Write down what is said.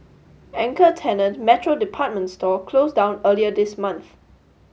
anchor tenant Metro department store closed down earlier this month